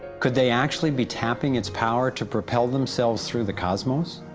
could they actually be tapping its power to propel themselves through the cosmos?